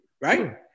right